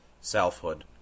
selfhood